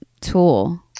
tool